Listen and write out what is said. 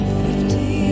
fifty